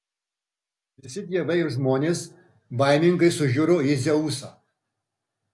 visi dievai ir žmonės baimingai sužiuro į dzeusą